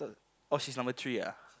oh she's number three ah